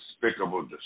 despicable